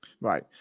Right